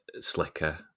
Slicker